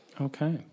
Okay